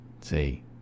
See